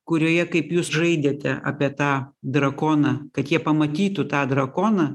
kurioje kaip jūs žaidėte apie tą drakoną kad jie pamatytų tą drakoną